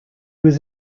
was